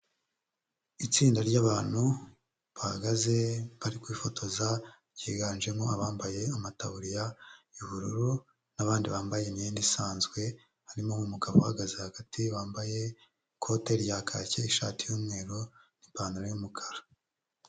Itsinda ry'abantu bahagaze bari kwifotoza ryiganjemo abambaye amataburiya y'ubururu n'abandi bambaye imyenda isanzwe, harimo umugabo uhagaze hagati wambaye ikote rya kake ishati y'umweru n'ipantaro y'umukara.